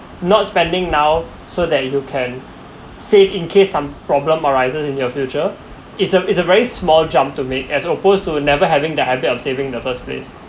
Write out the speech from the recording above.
not spending now so that you can save in case some problem arises in your future is a is a very small jumped to make as opposed to never having the habit of saving the first place